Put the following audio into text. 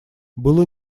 было